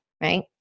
right